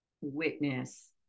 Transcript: witness